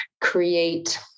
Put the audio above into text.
create